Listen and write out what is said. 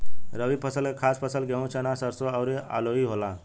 रबी फसल के खास फसल गेहूं, चना, सरिसो अउरू आलुइ होला